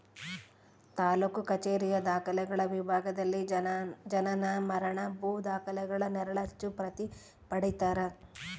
ತಾಲೂಕು ಕಛೇರಿಯ ದಾಖಲೆಗಳ ವಿಭಾಗದಲ್ಲಿ ಜನನ ಮರಣ ಭೂ ದಾಖಲೆಗಳ ನೆರಳಚ್ಚು ಪ್ರತಿ ಪಡೀತರ